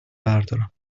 بردارم